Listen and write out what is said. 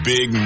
Big